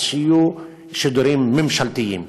אז שיהיו שידורים ממשלתיים,